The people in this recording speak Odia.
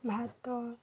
ଭାତ